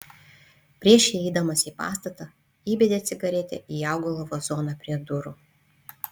prieš įeidamas į pastatą įbedė cigaretę į augalo vazoną prie durų